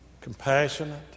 Compassionate